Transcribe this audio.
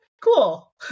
Cool